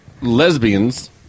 lesbians